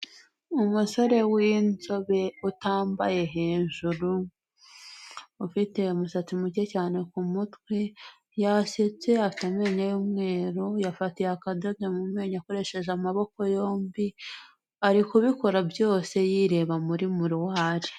Umusore w'inzobe utambaye hejuru, ufite umusatsi muke cyane ku mutwe, yasetse afite amenyo y'umweru, yafatiye akadodo mu menyo akoresheje amaboko yombi, ari kubikora byose yireba muri miruwari.